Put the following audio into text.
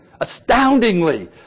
Astoundingly